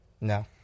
No